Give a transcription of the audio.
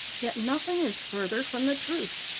yet nothing is further from the truth.